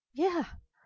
ya